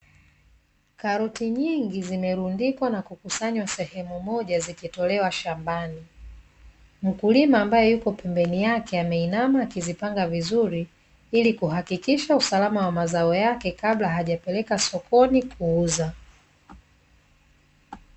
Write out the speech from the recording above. Karoti nyingi zimerundikwa na kukusanywa sehemu moja zikitolewa shambani, mkulima ambaye yuko pembeni yake ameinama akizipanga vizuri ili kuhakikisha usalama wa mazao yake kabla hajapeleka sokoni kuuza.